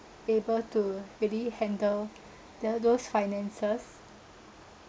able to maybe handle the those finances